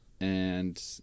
and-